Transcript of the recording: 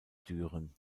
düren